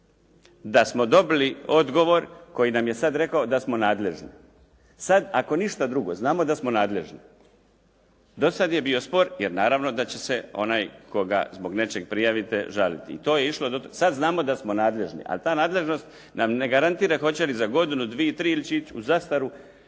da smo dobili odgovor koji nam je sad rekao da smo nadležni. Sad ako ništa drugo znamo da smo nadležni. Do sada je bio spor jer naravno da će se onaj koga zbog nečega prijavite žaliti i to je išlo. Sad znamo da smo nadležni ali ta nadležnost nam ne garantira hoće li za godinu, dvije, tri ili će ići u zastaru